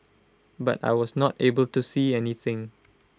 but I was not able to see anything